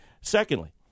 Secondly